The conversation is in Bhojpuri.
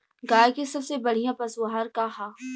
गाय के सबसे बढ़िया पशु आहार का ह?